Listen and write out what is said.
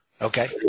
Okay